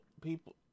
people